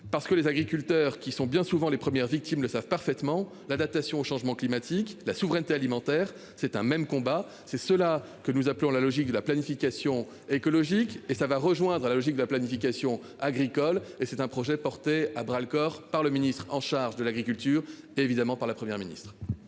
Parce que les agriculteurs qui sont bien souvent les premières victimes le savent parfaitement. L'adaptation au changement climatique, la souveraineté alimentaire c'est un même combat, c'est cela que nous appelons la logique de la planification écologique et ça va rejoindre à la logique de la planification agricole et c'est un projet porté à bras le corps par le ministre en charge de l'agriculture évidemment par la Première ministre.